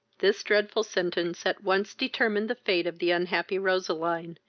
this dreadful sentence at once determined the fate of the unhappy roseline,